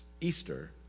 Easter